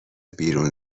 بیرون